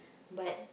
but